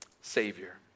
Savior